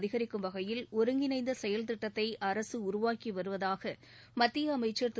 அதிகரிக்கும் வகையில் ஒருங்கிணைந்த செயல்திட்டத்தை அரசு உருவாக்கி வருவதாக மத்திய அமைச்சள் திரு